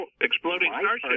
Exploding